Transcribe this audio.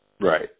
right